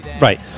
Right